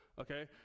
Okay